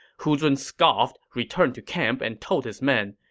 hu zun scoffed, returned to camp, and told his men,